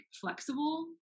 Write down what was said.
flexible